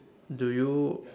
do you